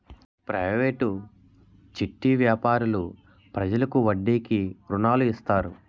private చిట్టి వ్యాపారులు ప్రజలకు వడ్డీకి రుణాలు ఇస్తారు